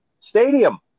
Stadium